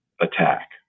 attack